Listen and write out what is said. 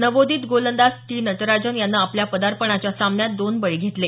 नवोदित गोलंदाज टी नटराजन यानं आपल्या पदार्पणाच्या सामन्यात दोन बळी घेतले